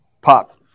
Pop